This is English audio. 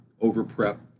over-prep